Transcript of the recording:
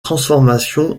transformation